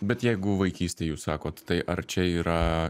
bet jeigu vaikystėj jūs sakot tai ar čia yra